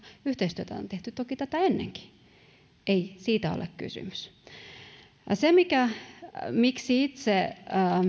yhteistyötä on tehty toki tätä ennenkin ei siitä ole kysymys miksi itse